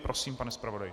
Prosím, pane zpravodaji.